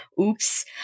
Oops